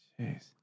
Jeez